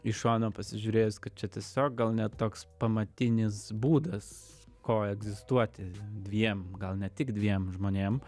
iš šono pasižiūrėjus kad čia tiesiog gal ne toks pamatinis būdas koegzistuoti dviem gal ne tik dviem žmonėm